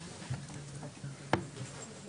ארפרף על חלק מהעניינים בשביל לא